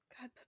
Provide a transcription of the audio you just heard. God